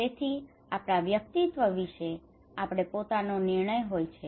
તેથી આપણા વ્યક્તિત્વ વિશે આપણો પોતાનો નિર્ણય હોય છે